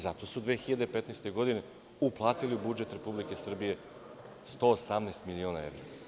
Zato su 2015. godine uplatili u budžet Republike Srbije 118 miliona evra.